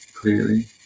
clearly